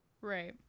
Right